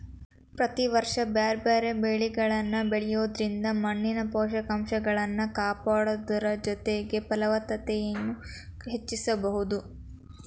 ಪ್ರತಿ ವರ್ಷ ಬ್ಯಾರ್ಬ್ಯಾರೇ ಬೇಲಿಗಳನ್ನ ಬೆಳಿಯೋದ್ರಿಂದ ಮಣ್ಣಿನ ಪೋಷಕಂಶಗಳನ್ನ ಕಾಪಾಡೋದರ ಜೊತೆಗೆ ಫಲವತ್ತತೆನು ಹೆಚ್ಚಿಸಬೋದು